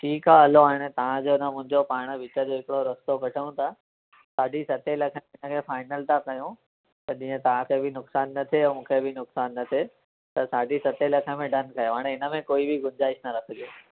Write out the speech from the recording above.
ठीकु आहे हलो हाणे पाण बि अ न मुंझो पाण बि विच जो हिकिड़ो रस्तो कढूं था साढी सतें लखें में फाइनल था कयूं त जीअं तव्हांखे बि नुक़सानु न थिए ऐं मूंखे बि नुक़सानु न थिए त साढी सतें लखें में डन कयो हाणे हिनमें कोई बि गुंजाइश न रखिजो